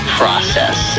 process